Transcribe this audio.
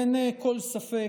אין כל ספק